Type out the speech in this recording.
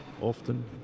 often